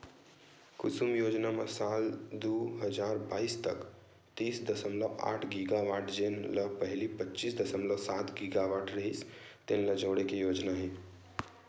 कुसुम योजना म साल दू हजार बाइस तक तीस दसमलव आठ गीगावाट जेन ल पहिली पच्चीस दसमलव सात गीगावाट रिहिस तेन ल जोड़े के योजना हे